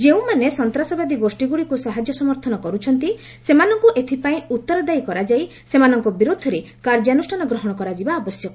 ଯେଉଁମାନେ ସନ୍ତାସବାଦୀ ଗୋଷୀଗୁଡ଼ିକୁ ସାହାଯ୍ୟ ସମର୍ଥନ କରୁଛନ୍ତି ସେମାନଙ୍କୁ ଏଥିପାଇଁ ଉତ୍ତରଦାୟୀ କରାଯାଇ ସେମାନଙ୍କ ବିରୁଦ୍ଧରେ କାର୍ଯ୍ୟାନୁଷ୍ଠାନ ଗ୍ରହଣ କରାଯିବା ଆବଶ୍ୟକ